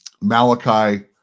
Malachi